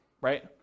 right